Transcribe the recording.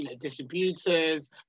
distributors